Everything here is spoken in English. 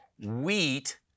wheat